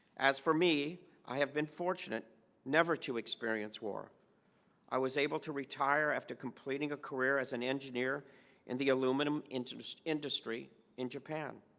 as for me i have been fortunate never to experience war i was able to retire after completing a career as an engineer in the aluminum interest industry in japan